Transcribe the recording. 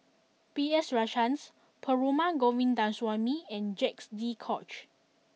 B S Rajhans Perumal Govindaswamy and Jacques de Coutre